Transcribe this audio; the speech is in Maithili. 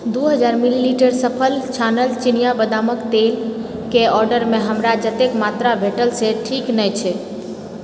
दू हजार मिलीलीटर सफल छानल चिनिया बदामक तेलके ऑर्डरमे हमरा जतेक मात्रा भेटल से ठीक नहि छै